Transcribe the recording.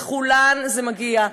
לכולן זה מגיע.